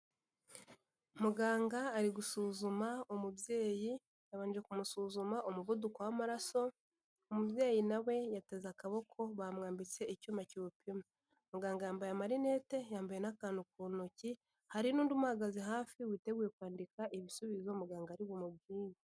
Muganga ari gusuzuma umubyeyi yabanje kumusuzuma umuvuduko w'amaraso, umubyeyi na we yateze akaboko bamwambitse icyuma kiwupima, muganga yambaye amarinete, yambaye n'akantu ku ntoki hari n'undi uhagaze hafi witeguye kwandika ibisubizo muganga ari bumubwire.